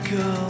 go